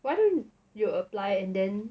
why don't you apply and then